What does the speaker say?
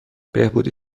بهبودی